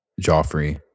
Joffrey